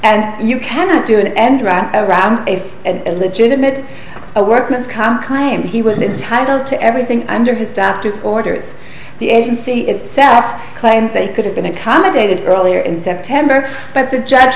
and you can't do an end run around if an illegitimate workman's comp claim he was entitle to everything under his doctor's orders the agency itself claims they could have been accommodated earlier in september but the judge